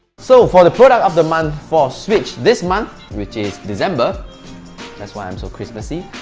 so for the product of the month for switch this month which is december that's why i'm so christmassy,